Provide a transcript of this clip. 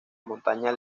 montaña